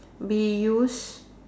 be used